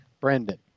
Brandon